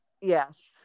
Yes